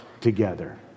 together